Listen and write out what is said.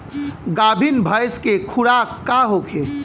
गाभिन भैंस के खुराक का होखे?